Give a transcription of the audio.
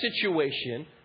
situation